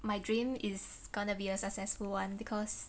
my dream is gonna be a successful [one] because